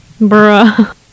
Bruh